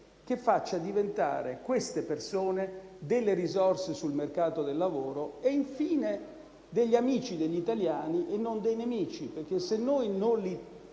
che faccia diventare quelle persone delle risorse sul mercato del lavoro e, infine, degli amici degli italiani e non dei nemici. Se noi non